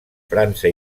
frança